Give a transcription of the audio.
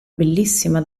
bellissima